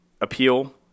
appeal